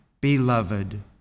Beloved